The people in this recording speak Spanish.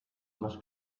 más